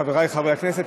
חברי חברי הכנסת,